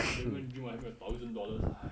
I don't even dream of having a thousand dollars